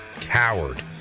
coward